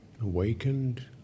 Awakened